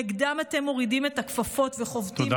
נגדם אתם מורידים את הכפפות וחובטים